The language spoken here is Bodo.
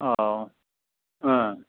औ ओह